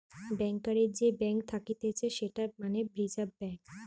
ব্যাংকারের যে ব্যাঙ্ক থাকতিছে সেটা মানে রিজার্ভ ব্যাঙ্ক